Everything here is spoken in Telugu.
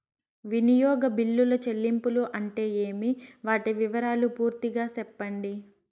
వినియోగ బిల్లుల చెల్లింపులు అంటే ఏమి? వాటి వివరాలు పూర్తిగా సెప్పండి?